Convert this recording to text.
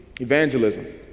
evangelism